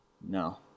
no